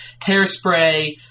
Hairspray